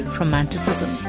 romanticism